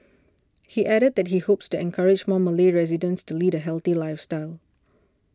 he added that he hopes to encourage more Malay residents to lead a healthy lifestyle